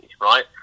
right